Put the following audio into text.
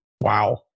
Wow